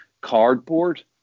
cardboard